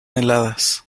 heladas